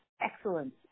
excellent